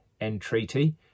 entreaty